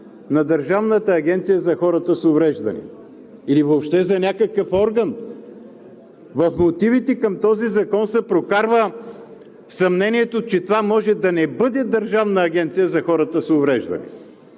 на Държавната агенция за хората с увреждания или въобще за някакъв орган. В мотивите към този закон се прокарва съмнението, че това може да не бъде Държавна агенция за хората с увреждания.